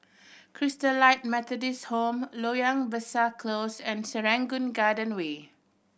Christalite Methodist Home Loyang Besar Close and Serangoon Garden Way